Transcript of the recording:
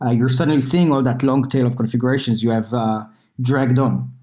ah you're suddenly seeing all that long tail of configurations you have dragged on.